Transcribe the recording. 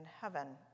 heaven